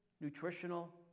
nutritional